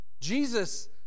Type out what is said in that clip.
Jesus